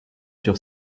sur